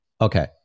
Okay